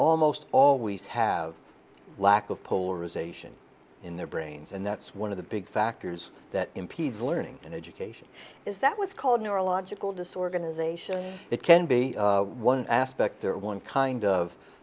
almost always have a lack of polarization in their brains and that's one of the big factors that impedes learning and education is that what's called neurological disorganization it can be one aspect or one kind of